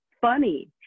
funny